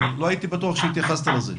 אני לא בטוח שהתייחסת לזה.